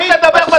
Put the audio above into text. אל תדבר בסעיף הזה.